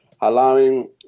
allowing